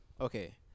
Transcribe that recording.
Okay